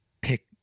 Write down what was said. pick